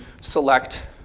select